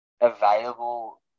available